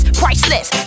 priceless